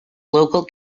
local